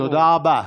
תודה רבה.